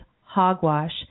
hogwash